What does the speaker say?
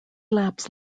laps